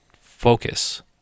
focus